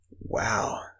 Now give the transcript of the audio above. Wow